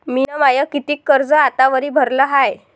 मिन माय कितीक कर्ज आतावरी भरलं हाय?